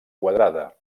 quadrada